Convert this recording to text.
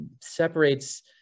separates